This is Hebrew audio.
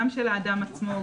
גם של האדם עצמו,